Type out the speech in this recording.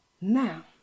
Now